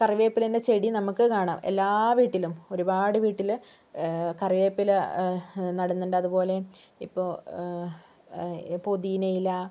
കറിവേപ്പിലേൻ്റെ ചെടി നമ്മക്ക് നടാം എല്ലാ വീട്ടിലും ഒരുപാട് വീട്ടില് കറിവേപ്പില നടുന്നുണ്ട് അതുപോലെ ഇപ്പോൾ പുതിനയില